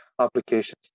applications